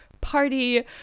party